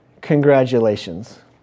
congratulations